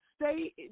Stay